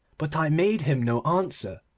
but i made him no answer.